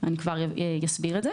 ואני כבר אסביר אותו.